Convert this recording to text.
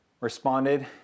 responded